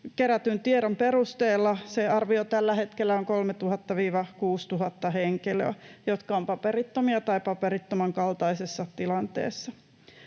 kerätyn tiedon perusteella se arvio tällä hetkellä on 3 000—6 000 henkilöä, jotka ovat paperittomia tai paperittoman kaltaisessa tilanteessa.